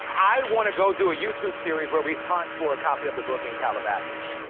i wanna go do a youtube series, where we hunt for a copy of the book in calabasas.